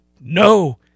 No